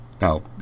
now